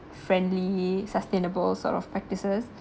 friendly sustainable sort of practices